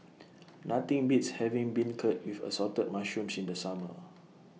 Nothing Beats having Beancurd with Assorted Mushrooms in The Summer